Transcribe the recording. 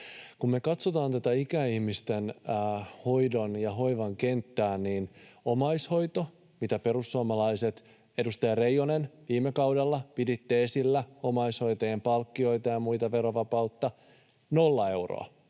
Kun me katsotaan tätä ikäihmisten hoidon ja hoivan kenttää, niin omaishoito, mitä perussuomalaiset, edustaja Reijonen, viime kaudella piditte esillä — omaishoitajien palkkioita ja muita, verovapautta — nolla euroa,